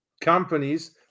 companies